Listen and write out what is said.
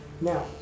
Now